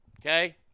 Okay